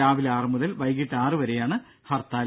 രാവിലെ ആറു മുതൽ വൈകിട്ട് ആറു വരെയാണ് ഹർത്താൽ